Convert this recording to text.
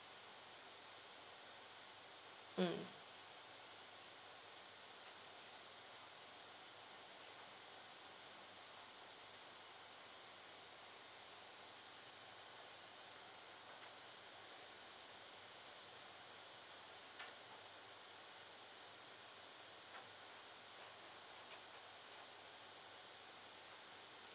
mm